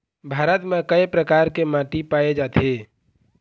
भारत म कय प्रकार के माटी पाए जाथे?